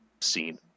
scene